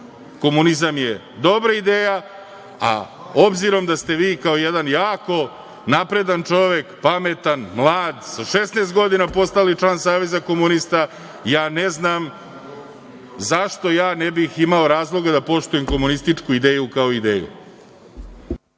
Komunizam je dobra ideja, a obzirom da ste vi kao jedan jako napredan čovek, pametan, mlad, sa 16 godina postali član Saveza komunista, ja ne znam zašto ja ne bih imao razloga da poštujem komunističku ideju kao ideju?